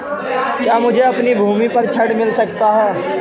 क्या मुझे अपनी भूमि पर ऋण मिल सकता है?